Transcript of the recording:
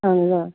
اَہَن حظ آ